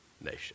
nation